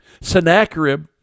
Sennacherib